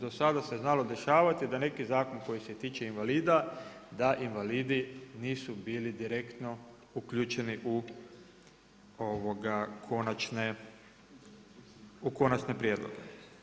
Do sada se znalo dešavati, da neki zakon koji se tiče invalida, da invalidi, nisu bili direktno uključeni u konačne prijedloge.